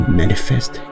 manifest